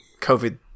covid